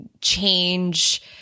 change